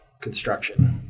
construction